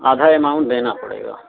आधा अमाउंट देना पड़ेगा